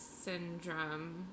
Syndrome